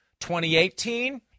2018